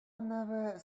never